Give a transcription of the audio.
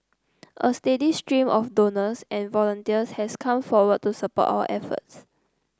a steady stream of donors and volunteers has come forward to support our efforts